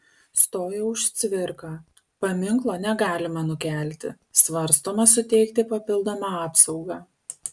stojo už cvirką paminklo negalima nukelti svarstoma suteikti papildomą apsaugą